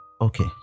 Okay